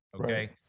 okay